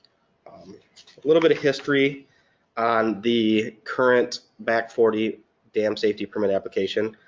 um little bit of history on the current back forty dam safety permit application.